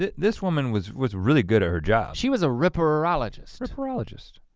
this woman was was really good at her job. she was a ripperologist. ripperologist.